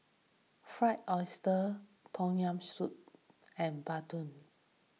Fried Oyster Tom Yam Soup and Bandung